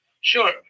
Sure